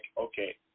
okay